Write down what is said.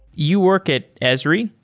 you work at esri,